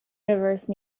universe